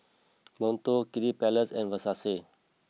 Monto Kiddy Palace and Versace